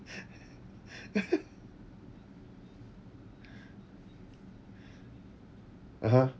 (uh huh)